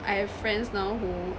I have friends now who